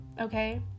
Okay